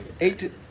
eight